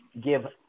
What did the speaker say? give